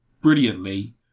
brilliantly